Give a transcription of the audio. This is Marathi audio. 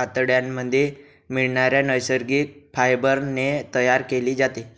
आतड्यांमध्ये मिळणाऱ्या नैसर्गिक फायबर ने तयार केली जाते